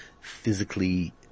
physically